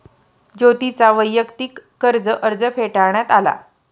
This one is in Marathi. ज्योतीचा वैयक्तिक कर्ज अर्ज फेटाळण्यात आला